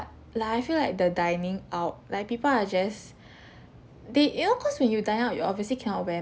like I feel like the dining out like people are just they you know cause when you dine out you obviously cannot wear